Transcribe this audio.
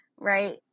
Right